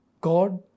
God